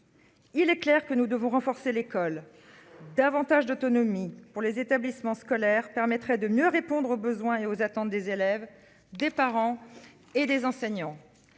Il est clair que nous devons renforcer l'école davantage d'autonomie pour les établissements scolaires permettrait de mieux répondre aux besoins et aux attentes des élèves, des parents et des enseignants.